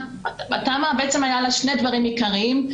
לתמ"א היו שני דברים עיקריים: